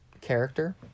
character